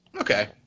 Okay